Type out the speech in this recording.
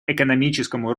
экономическому